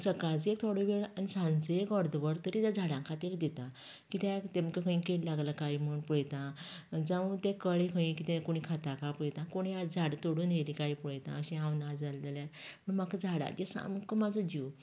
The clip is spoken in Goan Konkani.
सकाळचो एक थोडो वेळ आनी सांजचो एक अर्दवर तरी त्या झाडां खातीर दिता कित्याक तेमकां खंय कीड लागल्या कांय म्हण पळयता जावं तें कळें खंय कितें कोणी खाता कांय पळयतां कोणी झाडां तोडून व्हेली कांय पळयतां अशें हांव ना जालें जाल्यार पूण म्हाका झाडांचेर म्हाजो सामको जीव